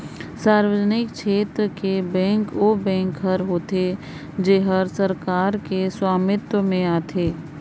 सार्वजनिक छेत्र कर बेंक ओ बेंक हर होथे जेहर सरकार कर सवामित्व में आथे